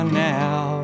now